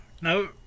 No